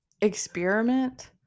experiment